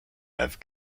have